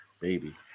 Baby